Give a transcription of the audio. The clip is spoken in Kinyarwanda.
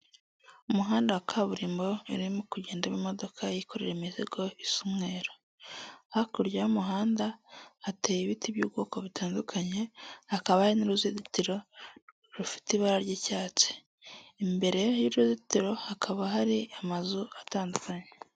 Umuhanda wa kaburimbo urimo kugendamo imodoka yikorera imizigo isa umweru. Hakurya y'umuhanda hateye ibiti by'ubwoko butandukanye, hakaba hari n'uruzitiro rufite ibara ry'icyatsi. Imbere y'uruzitiro hakaba hari amazu atandukanye.